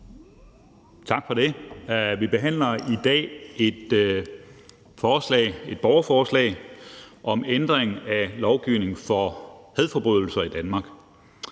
Tak for det. Vi behandler i dag et borgerforslag om ændring af lovgivning for hadforbrydelser i Danmark.